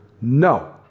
no